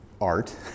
art